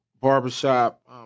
Barbershop